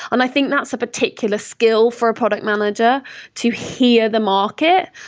and i think that's a particular skill for a product manager to hear the market,